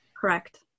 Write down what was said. Correct